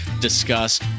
discuss